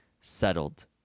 settled